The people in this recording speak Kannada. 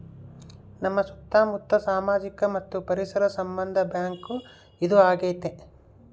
ನಮ್ ಸುತ್ತ ಮುತ್ತ ಸಾಮಾಜಿಕ ಮತ್ತು ಪರಿಸರ ಸಂಬಂಧ ಬ್ಯಾಂಕ್ ಇದು ಆಗೈತೆ